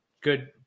good